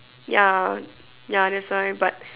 ya ya that's very but